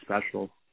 special